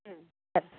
ಹ್ಞೂ ಸರಿ